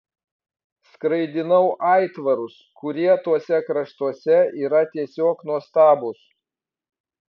skraidinau aitvarus kurie tuose kraštuose yra tiesiog nuostabūs